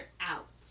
out